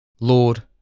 Lord